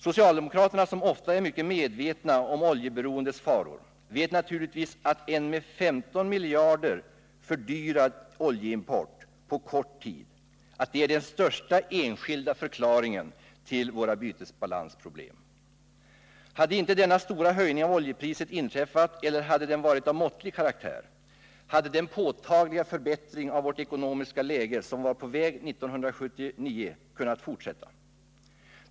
Socialdemokraterna, som ofta är mycket medvetna om oljeberoendets faror, vet naturligtvis att en med 15 miljarder fördyrad oljeimport på kort tid är den största enskilda förklaringen till våra bytesbalansproblem. Hade inte denna stora höjning av oljepriset inträffat eller hade höjningen varit av måttlig karaktär, skulle den påtagliga förbättring av vårt ekonomiska läge som var på väg 1979 ha kunnat fortsätta.